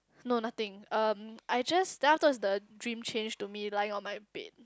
no nothing um I just then afterwards the dream changed to me lying on my bed